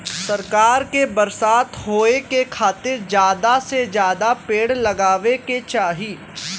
सरकार के बरसात होए के खातिर जादा से जादा पेड़ लगावे के चाही